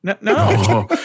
No